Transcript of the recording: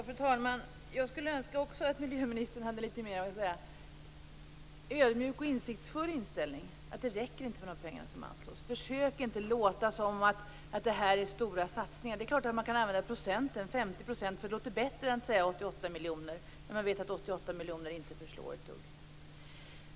Fru talman! Jag skulle önska att miljöministern hade en litet mer ödmjuk och insiktsfull inställning. Det räcker inte med de pengar som anslås. Försök inte att låta som om det här är stora satsningar! Det är klart att man kan säga 50 %. Det låter bättre än att säga 88 miljoner när man vet att 88 miljoner inte förslår.